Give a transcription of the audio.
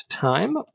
time